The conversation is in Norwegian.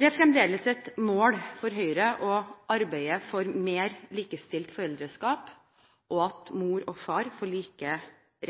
Det er fremdeles et mål for Høyre å arbeide for mer likestilt foreldreskap og for at mor og far får like